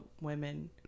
women